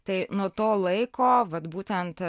tai nuo to laiko vat būtent